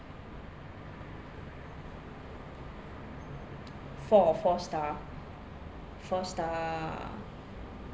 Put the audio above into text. four four star four star